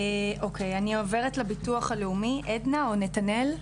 אוקי, אני עוברת לביטוח הלאומי, עדנה, או נתנאל,